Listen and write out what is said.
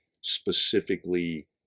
specifically